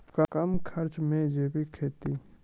कम खर्च मे जैविक खेती?